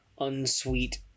unsweet